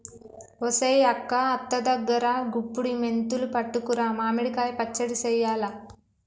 ఒసెయ్ అక్క అత్త దగ్గరా గుప్పుడి మెంతులు పట్టుకురా మామిడి కాయ పచ్చడి సెయ్యాల